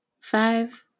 Five